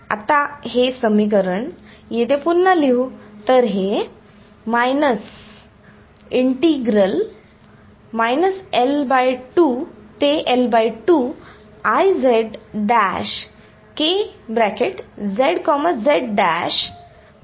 आता हे समीकरण येथे पुन्हा लिहू तर हे